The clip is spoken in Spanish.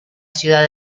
ciudad